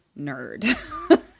Nerd